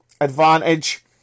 advantage